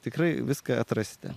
tikrai viską atrasite